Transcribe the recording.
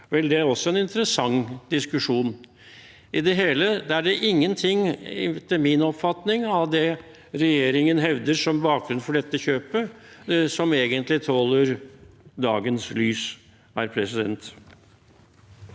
Det er også en interessant diskusjon. I det hele er det etter min oppfatning ingenting av det regjeringen hevder som bakgrunn for dette kjøpet, som egentlig tåler dagens lys.